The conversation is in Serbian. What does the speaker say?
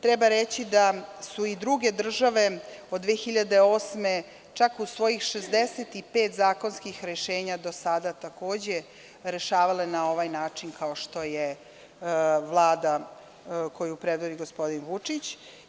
Treba reći da su i druge države od 2008. godine čak u svojim 65 zakonskih rešenja do sada takođe rešavale na ovaj način kao što je Vlada koju predvodi gospodin Vučić.